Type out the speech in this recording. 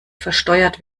versteuert